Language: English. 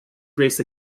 grace